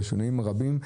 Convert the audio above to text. על השינויים הרבים,